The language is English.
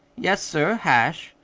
yes, sir, hash.